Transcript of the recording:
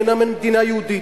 אינה מדינה יהודית.